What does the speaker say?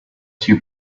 two